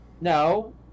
No